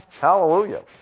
Hallelujah